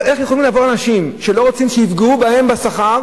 אבל איך יכולים לבוא אנשים שלא רוצים שיפגעו בהם בשכר,